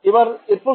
এবার এরপর কি